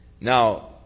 Now